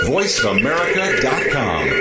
VoiceAmerica.com